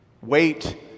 Wait